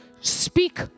Speak